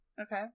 Okay